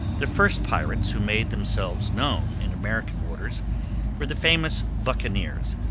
the first pirates who made themselves known in american waters were the famous buccaneers